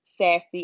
sassy